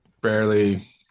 Barely